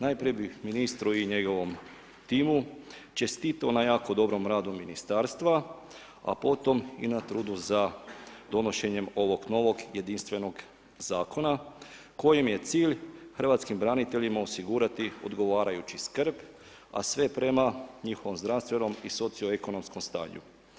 Najprije bih ministru i njegovom timu čestitao na jako dobrom radu ministarstva a potom i na trudu za donošenjem ovog novog jedinstvenog zakona kojim je cilj hrvatskim braniteljima osigurati odgovarajuću skrb a sve prema njihovom zdravstvenom i socioekonomskom stanju.